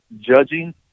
judging